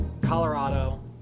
Colorado